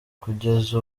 kugeza